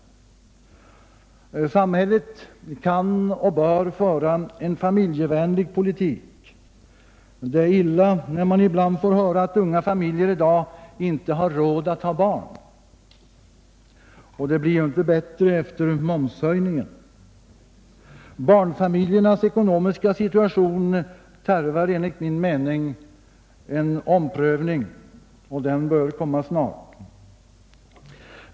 Samhället kan och bör föra en familjevänlig politik. Det är illa att man ibland får höra att unga familjer i dag inte har råd att ha barn. Och det blir ju inte bättre efter momshöjningen. Barnfamiljernas ekonomiska situation tarvar enligt min mening en omprövning, och den bör komma snart.